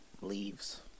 leaves